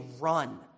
run